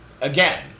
again